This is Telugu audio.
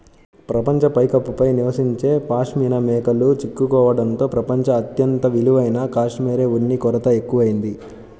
ప్రపంచ పైకప్పు పై నివసించే పాష్మినా మేకలు చిక్కుకోవడంతో ప్రపంచం అత్యంత విలువైన కష్మెరె ఉన్ని కొరత ఎక్కువయింది